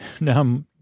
Now